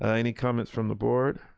any comments from the board?